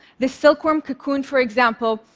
this silkworm cocoon, for example,